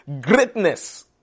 greatness